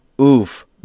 Oof